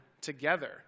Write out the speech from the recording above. together